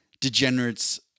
degenerates